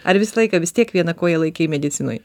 ar visą laiką vis tiek vieną koją laikei medicinoj